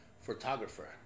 photographer